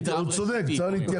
הוא צודק.